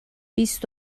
بیست